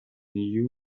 you